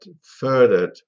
furthered